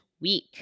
week